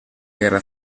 guerra